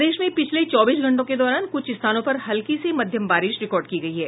प्रदेश में पिछले चौबीस घंटों के दौरान कुछ स्थानों पर हल्की से मध्यम बारिश रिकार्ड की गयी है